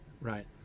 right